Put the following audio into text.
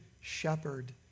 shepherd